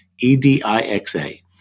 E-D-I-X-A